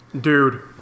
Dude